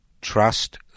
trust